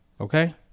Okay